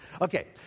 Okay